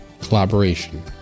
collaboration